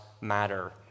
matter